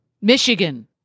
Michigan